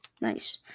Nice